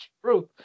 truth